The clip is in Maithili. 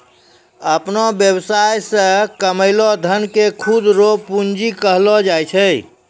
अपनो वेवसाय से कमैलो धन के खुद रो पूंजी कहलो जाय छै